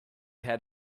had